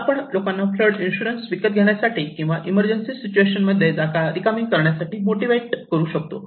आपण लोकांना flood insurance विकत घेण्यासाठी किंवा इमर्जन्सी सिच्युएशन मध्ये जागा रिकामी करण्यासाठी मोटिवेट करू शकतो